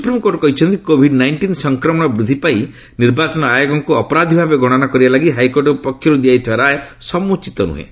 supreme court କହିଛନ୍ତି Covid nineteen ସଂକ୍ରମଣ ବୃଦ୍ଧି ପାଇଁ ନିର୍ବାଚନ ଆୟୋଗଙ୍କୁ ଅପରାଧୀ ଭାବେ ଗଣନା କରିବାଲାଗି ହାଇକୋର୍ଟଙ୍କ ପକ୍ଷରୁ ଦିଆଯାଇଥିବା ରାୟ ସମୁଚିତ ନୁହେଁ